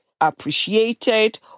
appreciated